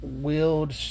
wield